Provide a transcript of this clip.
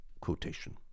quotation